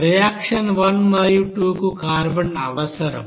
reaction 1 మరియు 2 కు carbon అవసరం